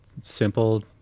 simple